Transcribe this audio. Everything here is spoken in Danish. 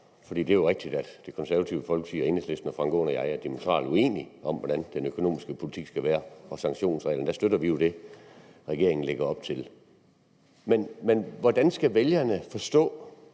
for det er jo rigtigt, at Det Konservative Folkeparti og Enhedslisten og hr. Frank Aaen og jeg er fuldstændig uenige om, hvordan den økonomiske politik skal være, og angående sanktionsreglerne, støtter vi jo det, regeringen lægger op til. Men hvordan skal vælgerne forstå